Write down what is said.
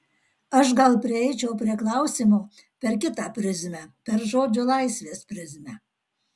aš gal prieičiau prie klausimo per kitą prizmę per žodžio laisvės prizmę